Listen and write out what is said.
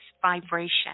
vibration